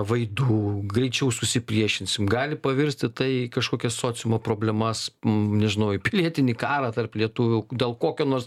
vaidų greičiau susipriešinsim gali pavirsti tai į kažkokias sociumo problemas nežinau į pilietinį karą tarp lietuvių dėl kokio nors